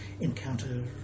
encounter